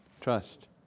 Trust